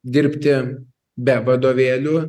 dirbti be vadovėlių